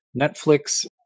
Netflix